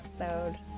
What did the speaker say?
episode